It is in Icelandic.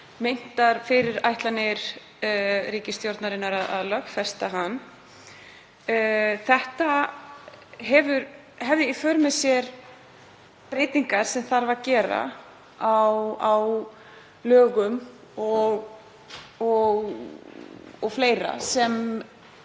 meintar fyrirætlanir ríkisstjórnarinnar að lögfesta hann. Það hefði í för með sér breytingar sem þarf að gera á lögum o.fl. sem